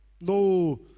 No